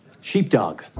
sheepdog